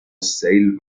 سیل